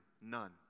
none